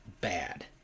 bad